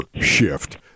shift